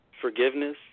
forgiveness